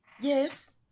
yes